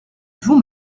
vous